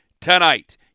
tonight